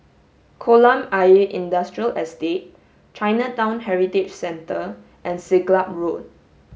Kolam Ayer Industrial Estate Chinatown Heritage Centre and Siglap Road